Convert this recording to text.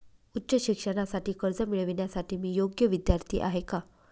उच्च शिक्षणासाठी कर्ज मिळविण्यासाठी मी योग्य विद्यार्थी आहे का?